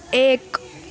ایک